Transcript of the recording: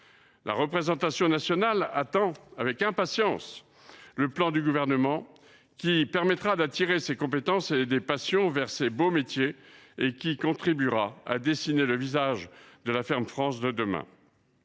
La représentation nationale attend avec impatience le plan du Gouvernement qui permettra d’attirer des personnes compétentes vers ces beaux métiers et contribuera à dessiner le visage de la ferme France de demain.